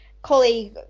colleague